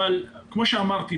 אבל כמו שאמרתי,